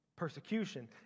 persecution